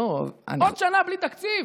לא, אני, עוד שנה בלי תקציב?